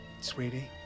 sweetie